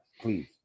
Please